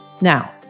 Now